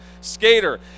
skater